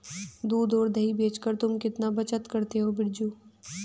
दूध और दही बेचकर तुम कितना बचत करते हो बिरजू?